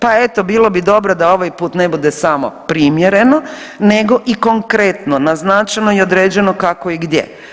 Pa eto bilo bi dobro da ovaj put ne bude samo primjereno nego i konkretno naznačeno i određeno kako i gdje.